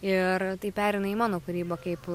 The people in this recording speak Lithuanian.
ir tai pereina į mano kūrybą kaip